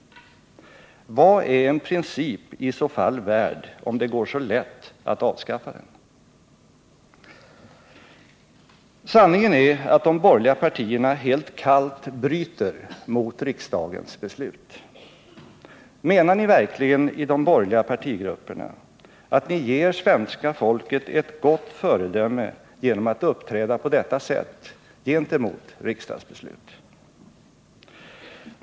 Vad är en princip i så fall värd om det går så lätt att avskaffa den? Sanningen är att de borgerliga partierna helt kallt bryter mot riksdagens beslut. Menar ni verkligen i de borgerliga partierna att ni ger svenska folket ett gott föredöme genom att uppträda på detta sätt gentemot riksdagsbeslut?